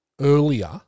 earlier